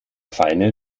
feine